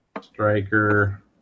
striker